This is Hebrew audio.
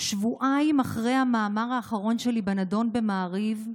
שבועיים אחרי המאמר האחרון שלי בנדון במעריב,